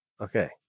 Okay